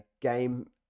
game